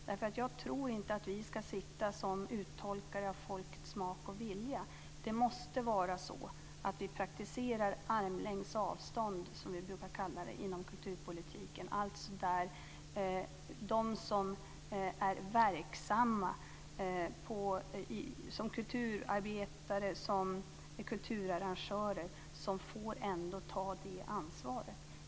Jag tror inte att vi ska sitta som uttolkare av folkets smak och vilja. Det måste vara så att vi praktiserar armslängds avstånd, som vi brukar kalla det, inom kulturpolitiken. De som är verksamma som kulturarbetare och kulturarrangörer får ändå ta det ansvaret.